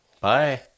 bye